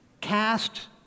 cast